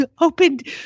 Opened